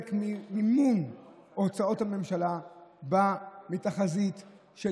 חלק ממימון הוצאות הממשלה בא מתחזית של